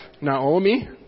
Naomi